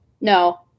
no